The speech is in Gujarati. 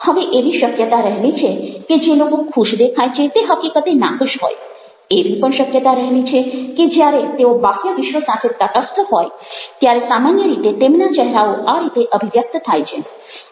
હવે એવી શક્યતા રહેલી છે કે જે લોકો ખુશ દેખાય છે તે હકીકતે નાખુશ હોય એવી પણ શક્યતા રહેલી છે કે જ્યારે તેઓ બાહ્ય વિશ્વ સાથે તટસ્થ હોય ત્યારે સામાન્ય રીતે તેમના ચહેરાઓ આ રીતે અભિવ્યક્ત થાય છે